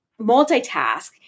multitask